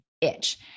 itch